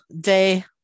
day